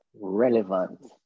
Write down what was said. relevant